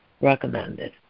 recommended